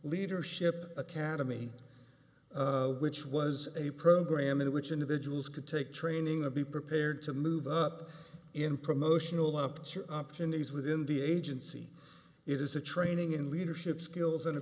leadership academy which was a program in which individuals could take training or be prepared to move up in promotional up to opportunities within the agency it is a training in leadership skills and